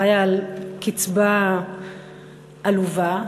חיה על קצבה עלובה,